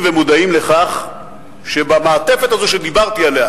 ומודעים לכך שבמעטפת הזאת שדיברתי עליה,